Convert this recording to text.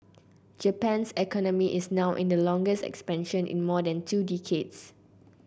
Japan's economy is now in the longest expansion in more than two decades